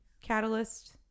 catalyst